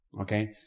Okay